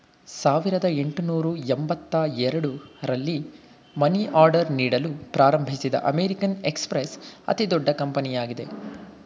ಸಾವಿರದ ಎಂಟುನೂರು ಎಂಬತ್ತ ಎರಡು ರಲ್ಲಿ ಮನಿ ಆರ್ಡರ್ ನೀಡಲು ಪ್ರಾರಂಭಿಸಿದ ಅಮೇರಿಕನ್ ಎಕ್ಸ್ಪ್ರೆಸ್ ಅತಿದೊಡ್ಡ ಕಂಪನಿಯಾಗಿದೆ